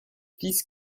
fils